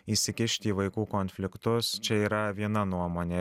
įsikišti į vaikų konfliktus čia yra viena nuomonė